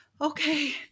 okay